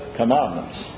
commandments